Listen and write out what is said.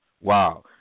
Wow